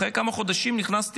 אחרי כמה חודשים נכנסתי